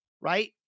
right